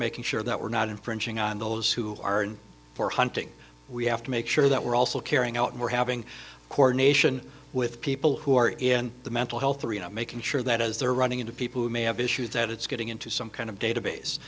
making sure that we're not infringing on those who are in for hunting we have to make sure that we're also carrying out we're having coordination with people who are in the mental health arena making sure that as they're running into people who may have issues that it's getting into some kind of